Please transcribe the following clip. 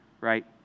right